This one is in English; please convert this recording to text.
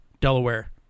Delaware